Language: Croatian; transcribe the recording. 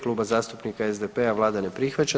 Kluba zastupnika SDP-a, Vlada ne prihvaća.